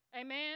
Amen